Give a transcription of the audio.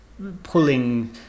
pulling